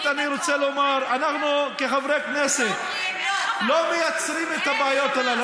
אני רוצה לומר: אנחנו כחברי כנסת לא מייצרים את הבעיות הללו.